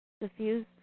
Diffuse